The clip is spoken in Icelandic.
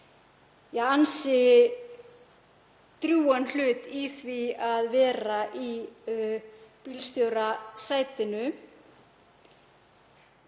með ansi drjúgan hlut í því að vera í bílstjórasætinu.